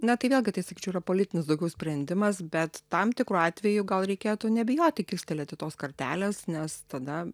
na tai vėlgi tai sakyčiau yra politinis daugiau sprendimas bet tam tikru atveju gal reikėtų nebijoti kilstelėti tos kartelės nes tada